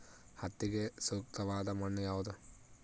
ಹತ್ತಿಗೆ ಸೂಕ್ತವಾದ ಮಣ್ಣು ಯಾವುದು?